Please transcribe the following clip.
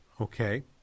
Okay